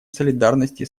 солидарности